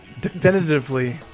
definitively